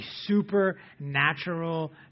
supernatural